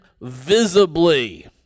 visibly